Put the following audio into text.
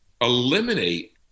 eliminate